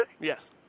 Yes